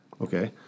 okay